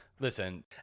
Listen